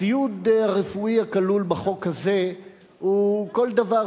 הציוד הרפואי הכלול בחוק הזה הוא כל דבר,